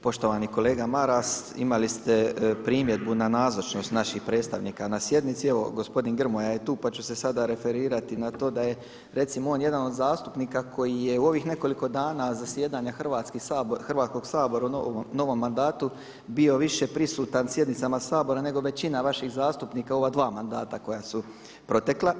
Poštovani kolega Maras imali ste primjedbu na nazočnost naših predstavnika na sjednici, evo gospodin Grmoja je tu pa ću se sada referirati na to da je recimo on jedan od zastupnika koji je u ovih nekoliko dana zasjedanja Hrvatskog sabora u novom mandatu bio više prisutan sjednicama Sabora nego većina vaših zastupnika u ova dva mandata koja su protekla.